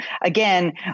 again